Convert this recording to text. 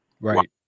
right